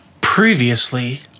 Previously